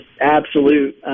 absolute